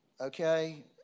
Okay